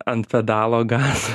ant pedalo gas